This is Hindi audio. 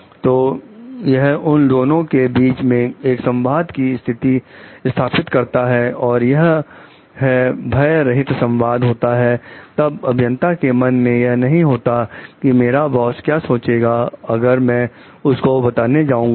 तो यह उन दोनों के बीच में एक संवाद को स्थापित करता है और यह है भय रहित संवाद होता है तब अभियंता के मन में यह नहीं होता कि मेरा बॉस क्या सोचेगा अगर मैं उसको बताने जाऊंगा तो